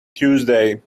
tuesday